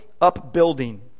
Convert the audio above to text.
upbuilding